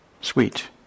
Sweet